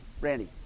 Randy